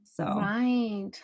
Right